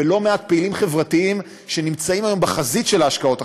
וללא מעט פעילים חברתיים שנמצאים היום בחזית של ההשקעות החברתיות: